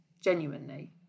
genuinely